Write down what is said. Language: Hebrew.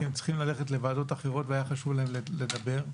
הם צריכים ללכת לוועדות אחרות וחשוב להם לדבר.